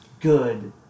good